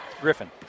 Griffin